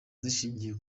zishingiye